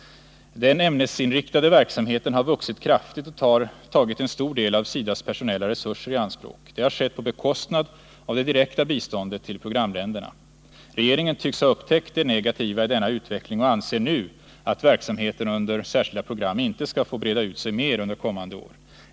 Den ämnesinriktade verksamheten har vuxit kraftigt och tagit en stor del av SIDA:s personella resurser i anspråk. Det har skett på bekostnad av det direkta biståndet till programländerna. Regeringen tycks ha upptäckt det negativa i denna utveckling och anser nu att verksamheten under Särskilda program inte skall få breda ut sig mera under kommande år.